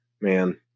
man